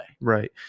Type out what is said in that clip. Right